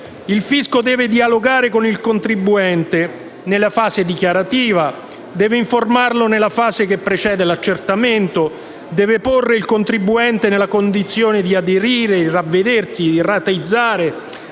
Il fisco deve dialogare con il contribuente nella fase dichiarativa, deve informarlo nella fase che precede l'accertamento, deve porre il contribuente nella condizione di aderire, di ravvedersi e di rateizzare,